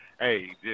hey